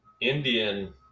Indian